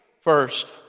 first